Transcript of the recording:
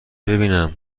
ببینم